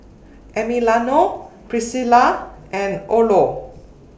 Emiliano Priscila and Orlo